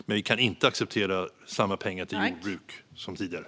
Men vi kan inte acceptera samma pengar till jordbruk som tidigare.